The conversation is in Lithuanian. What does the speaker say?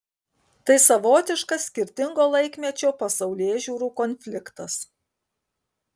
tai savotiškas skirtingo laikmečio pasaulėžiūrų konfliktas